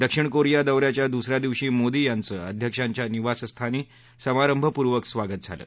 दक्षिण कोरिया दौऱ्याच्या दुसऱ्या दिवशी मोदी यांचं अध्यक्षांच्या निवासस्थानी समारंभपूर्वक स्वागत झालं